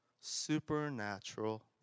supernatural